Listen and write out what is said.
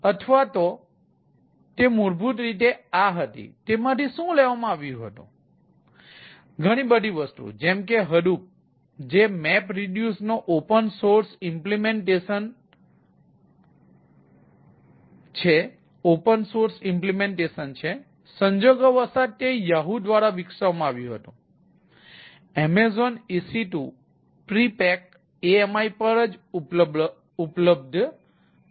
તેથી તે મૂળભૂત ધારણા પ્રી પેક્ડ AMI પર ઉપલબ્ધ છે